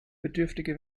bedürftige